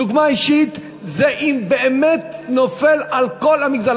דוגמה אישית זה אם זה באמת נופל על כל המגזר.